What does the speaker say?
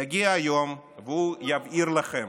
יגיע היום והוא יבהיר לכם: